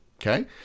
Okay